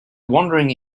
wondering